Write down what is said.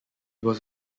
was